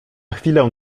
chwilę